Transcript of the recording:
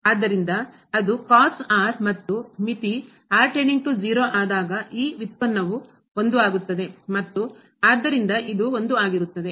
ಆದ್ದರಿಂದ ಅದು ಮತ್ತು ಮಿತಿ ಆದಾಗ ಈ ವ್ಯುತ್ಪನ್ನವು 1ಆಗುತ್ತದೆ ಮತ್ತು ಆದ್ದರಿಂದ ಇದು 1 ಆಗಿರುತ್ತದೆ